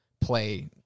play